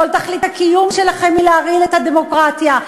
כל תכלית הקיום שלכם היא להרעיל את הדמוקרטיה,